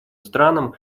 странам